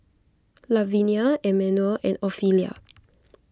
Lavenia Emanuel and Ofelia